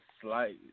slight